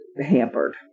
hampered